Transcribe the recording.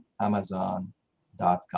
Amazon.com